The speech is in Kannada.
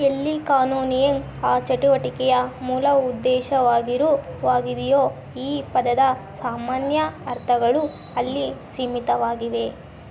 ಎಲ್ಲಿ ಕಾನೋನಿಯಿಂಗ್ ಆ ಚಟುವಟಿಕೆಯ ಮೂಲ ಉದ್ದೇಶವಾಗಿರುವಾಗಿದೆಯೋ ಈ ಪದದ ಸಾಮಾನ್ಯ ಅರ್ಥಗಳು ಅಲ್ಲಿ ಸೀಮಿತವಾಗಿವೆ